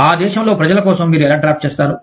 ఆ దేశంలో ప్రజల కోసం మీరు ఎలా డ్రాఫ్ట్ చేస్తారు